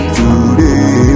today